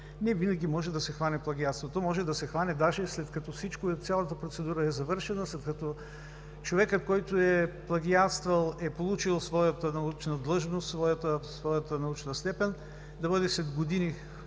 Не винаги може да се хване плагиатството. То може да се хване дори след като цялата процедура е завършена, след като човекът, който е плагиатствал, е получил своята научна длъжност, своята научна степен, да бъде хванато след години